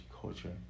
culture